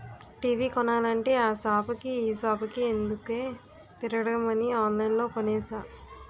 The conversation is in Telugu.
టీ.వి కొనాలంటే ఆ సాపుకి ఈ సాపుకి ఎందుకే తిరగడమని ఆన్లైన్లో కొనేసా